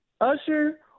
usher